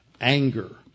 anger